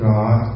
God